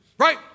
right